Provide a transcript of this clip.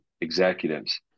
Executives